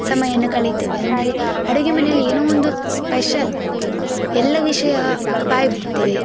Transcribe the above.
ಸಮಯವನ್ನು ಕಳಿತೇವೆ ಅಂದರೆ ಅಡುಗೆ ಮನೆಯಲ್ಲಿ ಏನೋ ಒಂದು ಸ್ಪೆಷಲ್ ಎಲ್ಲ ವಿಷಯ ಬಾಯಿಬಿಡ್ತೇವೆ